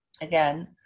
again